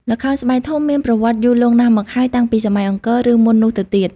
ល្ខោនស្បែកធំមានប្រវត្តិយូរលង់ណាស់មកហើយ តាំងពីសម័យអង្គរ ឬមុននោះទៅទៀត ។